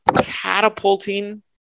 catapulting